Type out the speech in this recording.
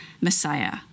Messiah